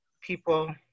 people